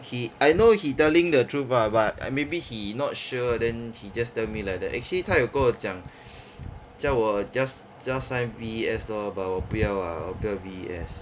he I know he telling the truth lah but I maybe he not sure then he just tell me like that actually 他有跟我讲 叫我 just just sign V_E_S lor but 我不要 ah 我不要 V_E_S